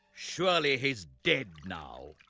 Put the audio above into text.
surely he is dead now.